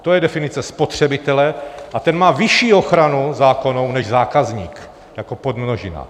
To je definice spotřebitele a ten má vyšší ochranu zákonnou než zákazník jako podmnožina.